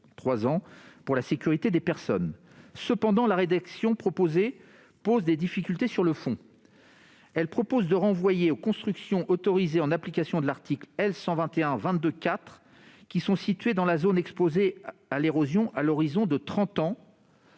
ans -pour la sécurité des personnes. Néanmoins, la rédaction proposée pose des difficultés sur le fond : elle renvoie aux « constructions autorisées en application de l'article L. 121-22-4 » qui sont situées dans la zone exposée à l'érosion à l'horizon de trente